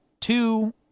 two